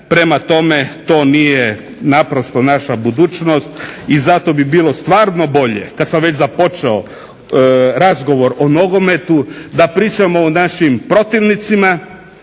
Prema tome, to nije naprosto naša budućnost i zato bi bilo stvarno bolje kad sam već započeo razgovor o nogometu da pričamo o našim protivnicima.